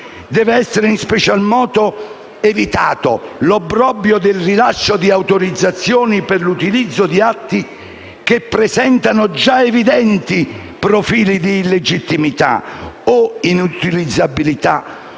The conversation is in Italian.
Deve essere in special modo evitato l'obbrobrio del rilascio di autorizzazioni per l'utilizzo di atti che presentino già evidenti profili di illegittimità o inutilizzabilità